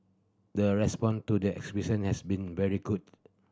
the response to the exhibition has been very good